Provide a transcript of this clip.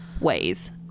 ways